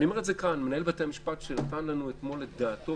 ואני אומר את זה כאן: מנהל בתי המשפט שנתן לנו אתמול את דעתו,